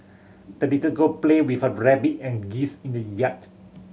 the little girl played with her rabbit and geese in the yard